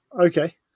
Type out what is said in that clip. Okay